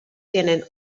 tienen